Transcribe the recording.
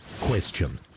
Question